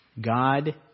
God